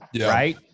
right